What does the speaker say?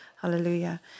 Hallelujah